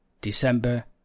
december